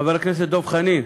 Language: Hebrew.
חבר הכנסת דב חנין,